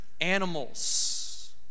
animals